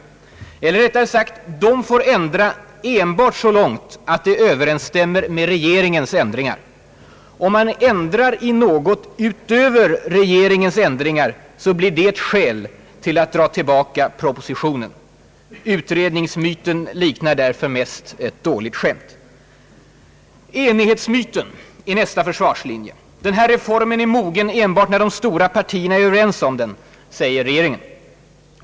hyreslagstiftningen Eller rättare sagt: de får ändra enbart så långt som det överensstämmer med regeringens ändringar. Om man ändrar något utöver regeringens ändringar, blir det ett skäl till att dra tillbaka propositionen. Utredningsmyten «liknar därför mest ett dåligt skämt. Enighetsmyten är nästa försvarslinje. Denna reform är mogen enbart när de stora partierna är överens om den, säger regeringen.